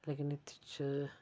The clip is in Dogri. लेकिन एह्दे च